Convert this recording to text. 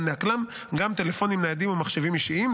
לעקלם גם טלפונים ניידים ומחשבים אישיים,